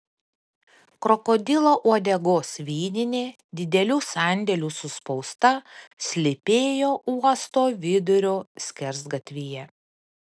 krokodilo uodegos vyninė didelių sandėlių suspausta slypėjo uosto vidurio skersgatvyje